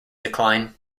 decline